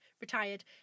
Retired